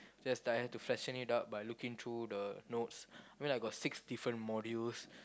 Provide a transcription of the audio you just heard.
just I have to freshen it up by looking through the notes I mean I got six different modules